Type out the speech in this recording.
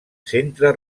centre